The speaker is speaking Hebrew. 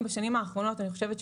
והתקציב.